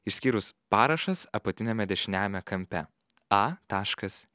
išskyrus parašas apatiniame dešiniajame kampe a taškas